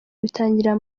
bitangirira